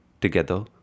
Together